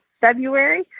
February